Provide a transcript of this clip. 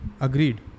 Agreed